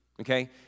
okay